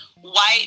white